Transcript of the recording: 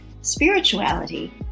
spirituality